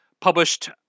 published